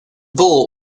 bull